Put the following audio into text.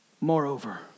Moreover